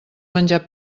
menjar